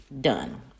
done